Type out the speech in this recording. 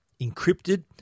encrypted